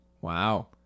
Wow